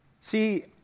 See